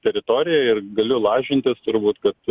teritoriją ir galiu lažintis turbūt kad